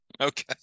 okay